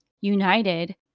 united